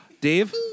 Dave